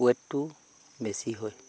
ৱেটটো বেছি হয়